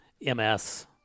MS